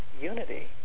unity